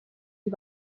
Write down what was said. die